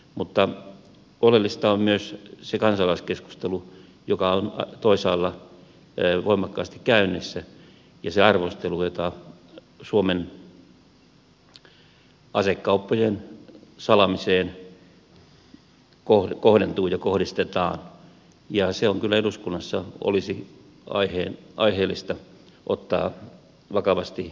mutta oleellista on myös se kansalaiskeskustelu joka on toisaalla voimakkaasti käynnissä ja se arvostelu jota suomen asekauppojen salaamiseen kohdentuu ja kohdistetaan ja se kyllä olisi eduskunnassa aiheellista ottaa vakavasti huomioon